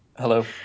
Hello